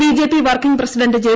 BJP working president J